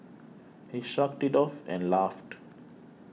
he shrugged it off and laughed